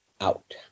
out